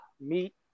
meet